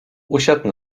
usiadł